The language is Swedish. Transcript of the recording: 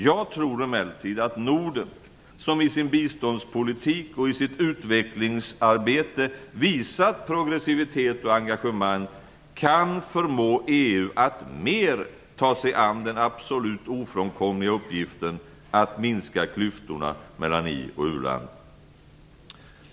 Jag tror emellertid att Norden, som i sin biståndspolitik och i sitt utvecklingsarbete visat progressivitet och engagemang, kan förmå EU att mer ta sig an den absolut ofrånkomliga uppgiften, att minska klyftorna mellan i och u-land.